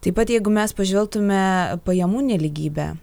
taip pat jeigu mes pažvelgtume pajamų nelygybę